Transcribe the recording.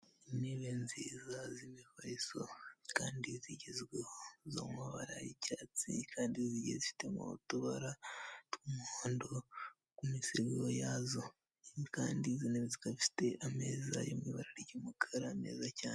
Intebe nziza z'imifariso kandi zigezweho z'amabara y'icyatsi kandi zigiye zifitemo utubara tw'umuhondo n'imisego yazo kandi izo ntebe zikaba zifite ameza yo mu ibara ry'umukara meza cyane.